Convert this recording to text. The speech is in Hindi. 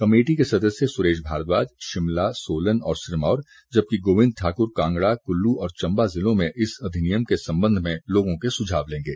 कमेटी के सदस्य सुरेश भारद्वाज शिमला सोलन और सिरमौर जबकि गोविंद ठाकुर कांगड़ा कुल्लू और चम्बा जिलों में इस अधिनियम के संबंध में लोगों के सुझाव लेंगे